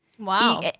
wow